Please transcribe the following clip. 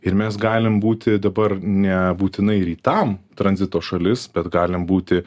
ir mes galim būti dabar nebūtinai rytam tranzito šalis bet galim būti